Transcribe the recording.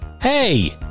Hey